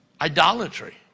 Idolatry